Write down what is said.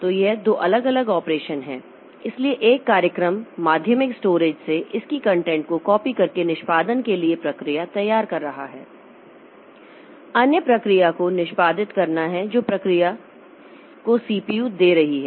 तो ये दो अलग अलग ऑपरेशन हैं इसलिए एक कार्यक्रम माध्यमिक स्टोरेज से इसकी कंटेंट को कॉपी करके निष्पादन के लिए प्रक्रिया तैयार कर रहा है और अन्य प्रक्रिया को निष्पादित करना है जो प्रक्रिया को सीपीयू दे रही है